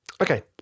Okay